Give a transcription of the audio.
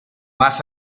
más